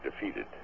defeated